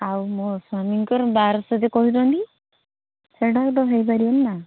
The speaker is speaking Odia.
ଆଉ ମୋର ସ୍ୱାମୀଙ୍କର ବାର ଶହରେ କହିଲନି ସେଟାତ ହେଇପାରିବ ନା